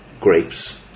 grapes